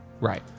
Right